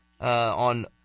on